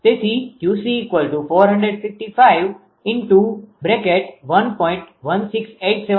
તેથી 𝑄𝐶455×1